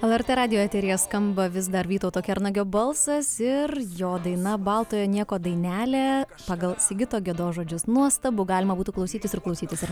lrt radijo eteryje skamba vis dar vytauto kernagio balsas ir jo daina baltojo nieko dainelė pagal sigito gedos žodžius nuostabų galima būtų klausytis ir klausytis ar